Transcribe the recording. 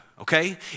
okay